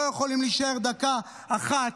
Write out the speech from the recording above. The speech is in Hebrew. לא יכולים להישאר דקה אחת.